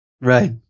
Right